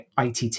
ITT